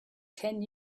ten